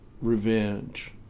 revenge